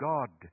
God